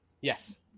Yes